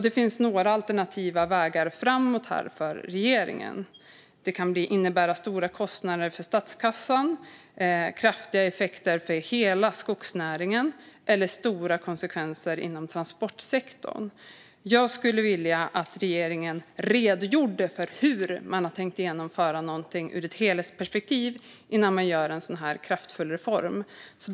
Det finns här några alternativa vägar framåt för regeringen. Det kan innebära stora kostnader för statskassan, kraftiga effekter för hela skogsnäringen eller stora konsekvenser inom transportsektorn. Jag skulle vilja att regeringen redogjorde för hur man har tänkt genomföra någonting ur ett helhetsperspektiv innan man gör en sådan kraftfull reform.